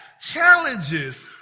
challenges